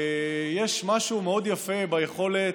ויש משהו מאוד יפה ביכולת,